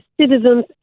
citizens